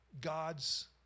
God's